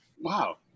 wow